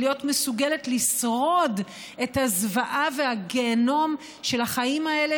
להיות מסוגלת לשרוד את הזוועה והגיהינום של החיים האלה,